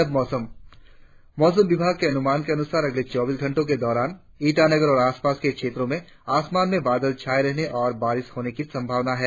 और अब मौसम मौसम विभाग के अनुमान के अनुसार अगले चौबीस घंटो के दौरान ईटानगर और आसपास के क्षेत्रो में आसमान में बादल छाये रहने और बारिश होने की संभावना है